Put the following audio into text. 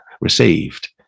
received